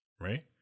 right